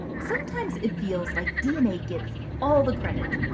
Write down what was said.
sometimes it feels like dna gets all the credit.